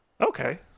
Okay